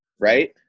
right